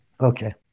Okay